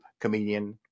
comedian